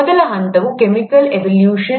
ಮೊದಲ ಹಂತವು chemical evaluation